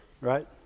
Right